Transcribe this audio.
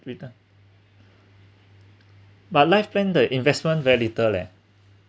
with the but life plan the investment very little leh